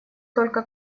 только